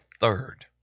third